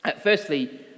Firstly